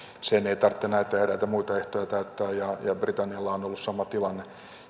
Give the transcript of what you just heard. sen ei tarvitse näitä eräitä muita ehtoja täyttää ja britannialla on ollut sama tilanne